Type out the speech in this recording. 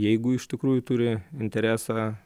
jeigu iš tikrųjų turi interesą